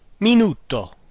minuto